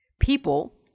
people